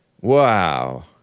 Wow